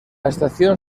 estación